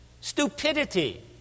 stupidity